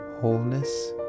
wholeness